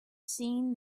seen